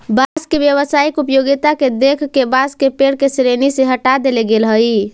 बाँस के व्यावसायिक उपयोगिता के देख के बाँस के पेड़ के श्रेणी से हँटा देले गेल हइ